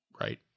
right